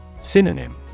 Synonym